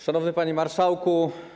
Szanowny Panie Marszałku!